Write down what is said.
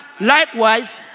likewise